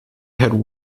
had